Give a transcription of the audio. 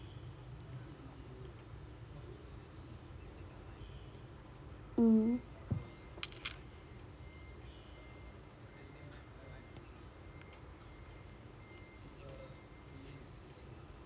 mmhmm